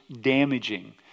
damaging